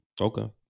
Okay